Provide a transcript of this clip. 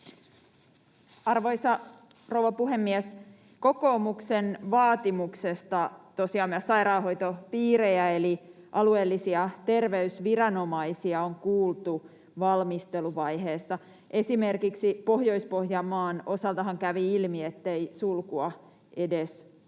Arvoisa rouva puhemies! Kokoomuksen vaatimuksesta tosiaan myös sairaanhoitopiirejä eli alueellisia terveysviranomaisia on kuultu valmisteluvaiheessa. Esimerkiksi Pohjois-Pohjanmaan osaltahan kävi ilmi, ettei sulkua edes tarvittu.